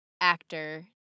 actor